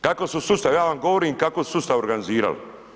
Kako su sustav, ja vam govorim kako su sustav organizirali.